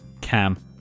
Cam